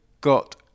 got